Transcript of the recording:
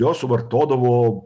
jo suvartodavo